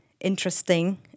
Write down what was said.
interesting